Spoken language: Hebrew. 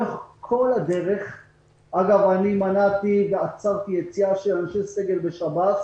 אני מנעתי ועצרתי יציאה של אנשי סגל ושב"ס